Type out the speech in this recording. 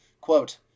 Quote